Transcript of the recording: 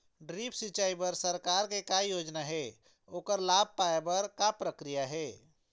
Drip सिचाई बर सरकार के का योजना हे ओकर लाभ पाय बर का प्रक्रिया हे?